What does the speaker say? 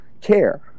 care